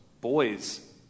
boys